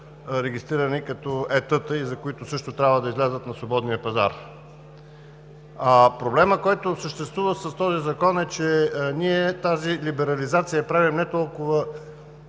регистрирани като ЕТ-та и които също трябва да излязат на свободния пазар. Проблемът, който съществува с този закон, е, че ние тази либерализация я правим не толкова,